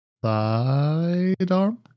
Sidearm